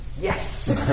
yes